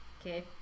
Okay